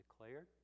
declared